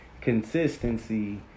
consistency